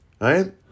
right